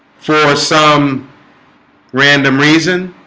for some random reason